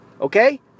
Okay